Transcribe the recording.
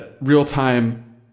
real-time